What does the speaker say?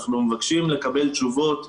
אנחנו מבקשים לקבל תשובות,